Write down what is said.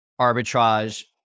arbitrage